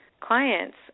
clients